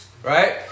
Right